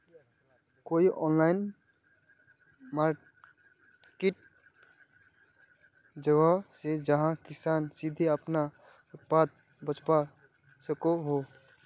कोई online market जगह छे जहाँ किसान सीधे अपना उत्पाद बचवा सको हो?